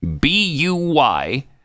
B-U-Y